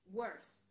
worse